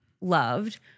loved